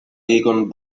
egon